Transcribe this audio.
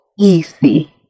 easy